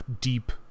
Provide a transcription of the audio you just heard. deep